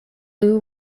loo